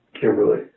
Kimberly